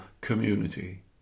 community